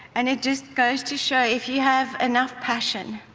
and it just goes to show, if you have enough passion,